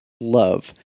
love